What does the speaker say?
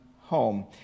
home